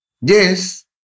Yes